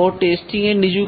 ও testing এ নিযুক্ত